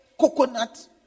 coconut